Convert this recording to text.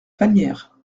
fagnières